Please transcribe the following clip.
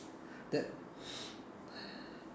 that